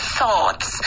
thoughts